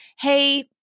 hey